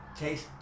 taste